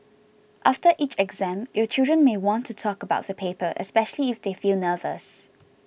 after each exam your children may want to talk about the paper especially if they feel anxious